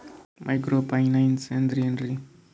Micro finance ಅಂತಂದ್ರ ಏನ್ರೀ?